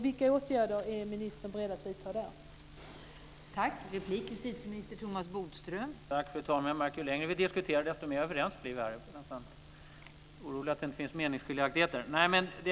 Vilka åtgärder är ministern beredd att vidta i det avseendet?